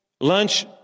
lunch